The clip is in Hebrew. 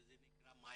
שזה נקרא "מייבולי",